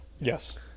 Yes